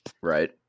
right